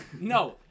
no